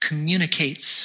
communicates